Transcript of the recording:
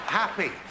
happy